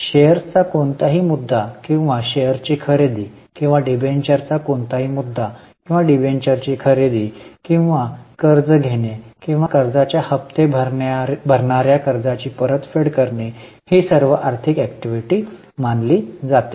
शेअर्सचा कोणताही मुद्दा किंवा शेअर्सची खरेदी किंवा डिबेंचरचा कोणताही मुद्दा किंवा डिबेंचरची खरेदी किंवा कर्ज घेणे किंवा कर्जाच्या हप्ते भरणाऱ्या कर्जाची परतफेड करणे ही सर्व आर्थिक ऍक्टिव्हिटी मानली जाते